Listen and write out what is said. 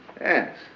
Yes